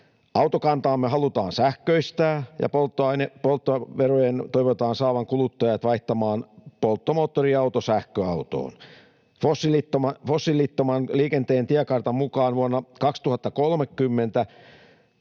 Autokantaamme halutaan sähköistää, ja polttoaineverojen toivotaan saavan kuluttajat vaihtamaan polttomoottoriauto sähköautoon. Fossiilittoman liikenteen tiekartan mukaan vuonna 2030